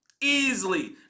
easily